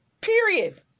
Period